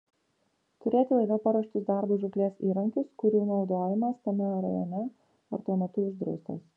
turėti laive paruoštus darbui žūklės įrankius kurių naudojimas tame rajone ar tuo metu uždraustas